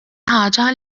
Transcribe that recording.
ħaġa